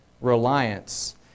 reliance